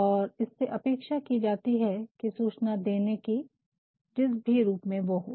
और इससे अपेक्षा कि जाती है कि सूचना देने कि जिस भी रूप में वो हो